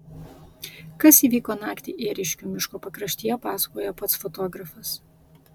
kas įvyko naktį ėriškių miško pakraštyje pasakoja pats fotografas